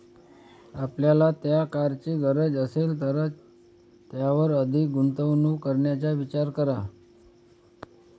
आपल्याला त्या कारची गरज असेल तरच त्यावर अधिक गुंतवणूक करण्याचा विचार करा